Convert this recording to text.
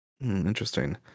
Interesting